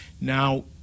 Now